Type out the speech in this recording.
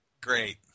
great